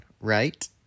right